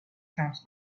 comes